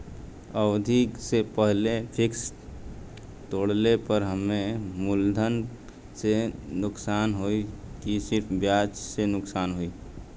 अवधि के पहिले फिक्स तोड़ले पर हम्मे मुलधन से नुकसान होयी की सिर्फ ब्याज से नुकसान होयी?